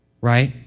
right